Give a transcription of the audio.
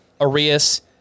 Arias